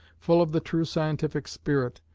full of the true scientific spirit,